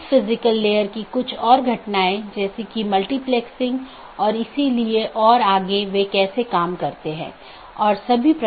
अब हम TCP IP model पर अन्य परतों को देखेंगे